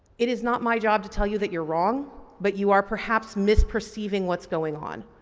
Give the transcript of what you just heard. it is not my job to tell you that you're wrong but you are perhaps misperceiving what's going on.